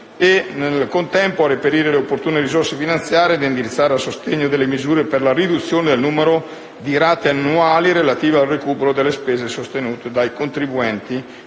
e, nel contempo, a reperire le opportune risorse finanziarie da indirizzare a sostegno di misure per la riduzione del numero di rate annuali relative al recupero delle spese sostenute dai contribuenti